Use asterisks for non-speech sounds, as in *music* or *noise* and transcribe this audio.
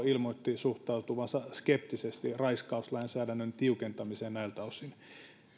*unintelligible* ilmoitti suhtautuvansa skeptisesti raiskauslainsäädännön tiukentamiseen näiltä osin